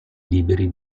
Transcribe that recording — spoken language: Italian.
liberi